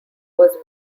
was